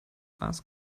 ask